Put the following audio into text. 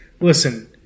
Listen